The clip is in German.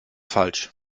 falsch